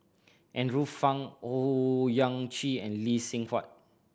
Andrew Phang Owyang Chi and Lee Seng Huat